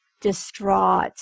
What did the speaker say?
distraught